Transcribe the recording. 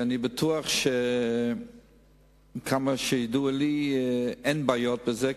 עד כמה שידוע לי אין בעיות בזה,